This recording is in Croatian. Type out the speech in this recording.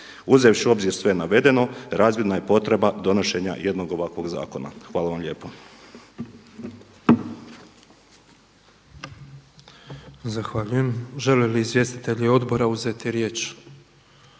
Uzevši u obzir sve navedeno razvidna je potreba donošenja jednog ovakvog zakona. Hvala vam lijepo.